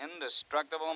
Indestructible